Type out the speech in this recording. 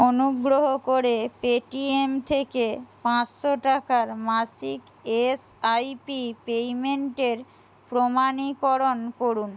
অনুগ্রহ করে পেটিএম থেকে পাঁচশো টাকার মাসিক এসআইপি পেমেন্টের প্রমাণীকরণ করুন